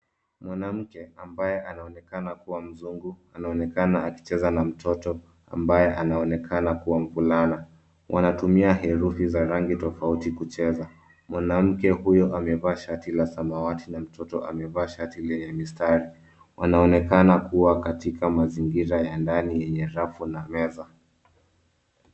Mwanamke ambaye anaonekana kuwa mzungu anaonekana akicheza na mtoto ambaye anaonekana kuwa mvulana. Wanatumia herufi za rangi tofauti kucheza. Mwanamke huyo amevaa shati la samawati na mtoto amevaa shati lenye mistari. Wanaonekana kuwa katika mazingira ya ndani yenye rafu na meza.